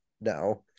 now